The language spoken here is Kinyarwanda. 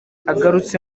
agarutse